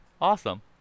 awesome